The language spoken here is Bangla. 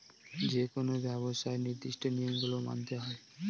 যেকোনো ব্যবসায় নির্দিষ্ট নিয়ম গুলো মানতে হয়